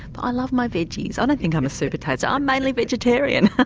but i love my vegies, i don't think i'm a supertaster i'm mainly vegetarian.